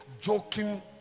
joking